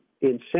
incentive